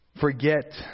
forget